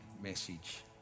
message